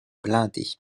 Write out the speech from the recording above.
blindée